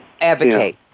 advocate